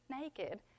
naked